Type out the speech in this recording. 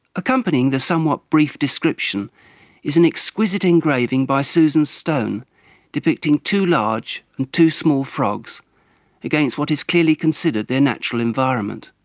accompanying the somewhat brief description is an exquisite engraving by susan stone depicting two large and two small frogs against what is clearly considered their natural environment.